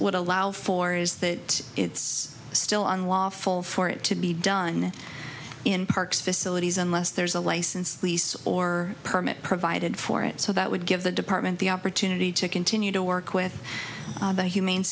would allow for is that it's still on lawful for it to be done in parks facilities unless there's a licensed lease or permit provided for it so that would give the department the opportunity to continue to work with the humane